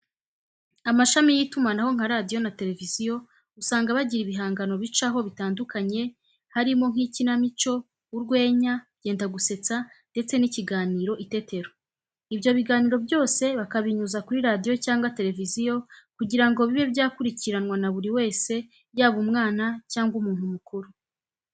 Amashami y'itumanaho nka radiyo na tereviziyo usanga bajyira ibihangano bicaho bitandukanye harimo nk'icyinamico, urwenya, byendagusetsa ndetse n'icyiganiro itetero .Ibyo biganiro byose bakabinyuza kuri radiyo cyangwa tereviziyo kujyira ngo bibe byakuricyiranwa na buri wese yaba umwana cyangwa umuntu mukuru.